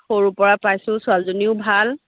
সৰুৰ পৰা পাইছোঁ ছোৱালীজনীও ভাল